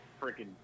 freaking